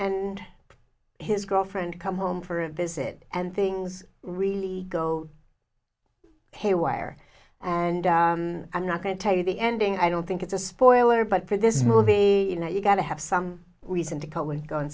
and his girlfriend come home for a visit and things really go haywire and i'm not going to tell you the ending i don't think it's a spoiler but for this movie you know you've got to have some reason to